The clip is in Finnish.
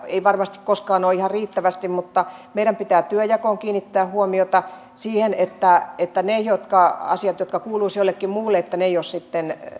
ei varmasti koskaan ole ihan riittävästi meidän pitää työnjakoon kiinnittää huomiota siihen että että ne asiat jotka kuuluisivat jollekin muulle eivät ole sitten